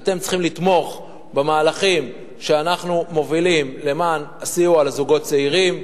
אתם צריכים לתמוך במהלכים שאנחנו מובילים לסיוע לזוגות צעירים,